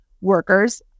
workers